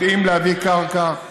יודעים להביא קרקע,